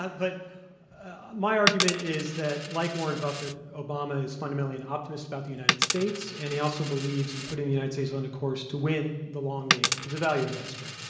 but but my argument is that, like warren buffett, obama is fundamentally an optimist about the united states, and he also believes in putting the united states on a course to win the long game. he's a value investor.